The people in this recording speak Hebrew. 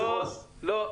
לא.